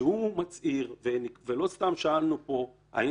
הכספיים יותר מעורבבים ויותר קשה לחתוך מתי